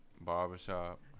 barbershop